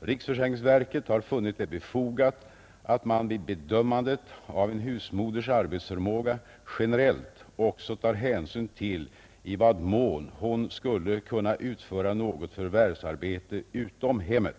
Riksförsäkringsverket har funnit det befogat att man vid bedömandet av en husmoders arbetsförmåga generellt också tar hänsyn till om och i vad mån hon skulle kunna utföra något förvärvsarbete utom hemmet.